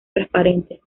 transparentes